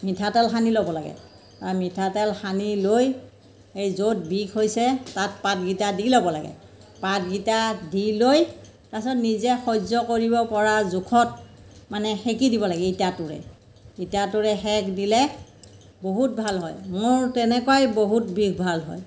মিঠাতেল সানি ল'ব লাগে আৰু মিঠাতেল সানি লৈ এই য'ত বিষ হৈছে তাত পাতকেইটা দি ল'ব লাগে পাতকেইটা দি লৈ তাৰছত নিজে সহ্য কৰিব পৰা জোখত মানে সেকি দিব লাগে ইটাটোৰে ইটাটোৰে সেক দিলে বহুত ভাল হয় মোৰ তেনেকুৱাই বহুত বিষ ভাল হয়